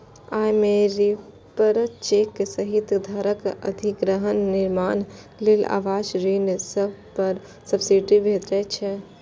अय मे रीपरचेज सहित घरक अधिग्रहण, निर्माण लेल आवास ऋण पर सब्सिडी भेटै छै